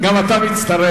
גם אתה מצטרף?